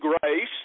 grace